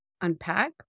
unpack